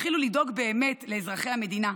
תתחילו לדאוג באמת לאזרחי המדינה.